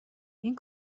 این